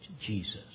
Jesus